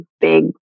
big